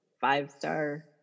five-star